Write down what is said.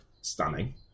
stunning